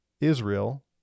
Israel